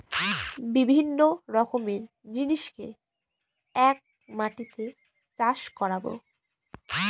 বিভিন্ন রকমের জিনিসকে এক মাটিতে চাষ করাবো